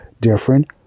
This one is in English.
different